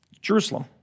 Jerusalem